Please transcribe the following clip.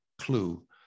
clue